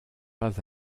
pas